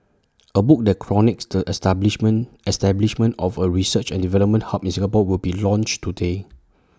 A book that chronicles the establishment establishment of A research and development hub in Singapore will be launched today